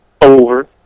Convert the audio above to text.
over